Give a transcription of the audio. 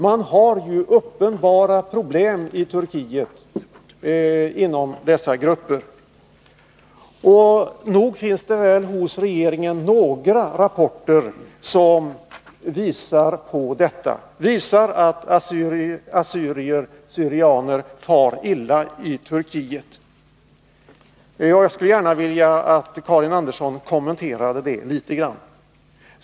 Man har ju uppenbara problem i Turkiet inom dessa grupper. Nog finns det väl hos regeringen några rapporter som visar att assyrier/syrianer far illa i Turkiet. Jag skulle gärna vilja att Karin Andersson kommenterade detta litet grand.